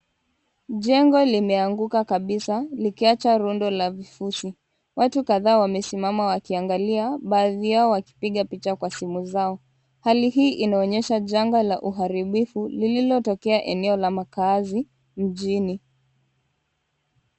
Jengo limeanguka kabisa likiacha rundo la vifusi. Watu kadhaa wamesimama wakiangalia baadhi yao wakipiga picha kwa simu zao. Hali hii inaonyesha janga la uharibifu lililotokea eneo la makazi mjini.